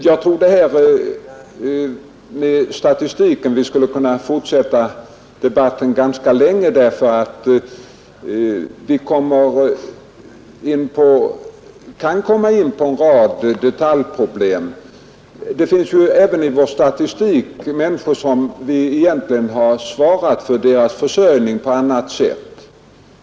Jag tror att vi skulle kunna fortsätta debatten om detta med statistiken ganska länge, därför att vi kan komma in på en rad detaljproblem. Det finns ju även i vår arbetslöshetsstatistik människor för vilkas försörjning vi egentligen har svarat på annat sätt.